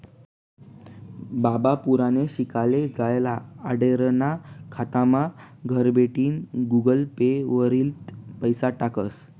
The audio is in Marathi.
बाबा पुनाले शिकाले जायेल आंडेरना खातामा घरबठीन गुगल पे वरतीन पैसा टाकस